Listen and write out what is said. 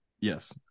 Yes